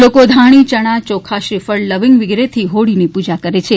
લોકો ધાણી ચણા ચોખા શ્રીફળ લવિંગ વિગેરેથી હોળીનીં પુજા કરે છે